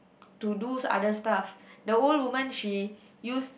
to do other stuff the old women she use